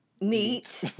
neat